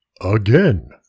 Again